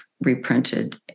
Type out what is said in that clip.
reprinted